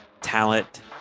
talent